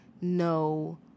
no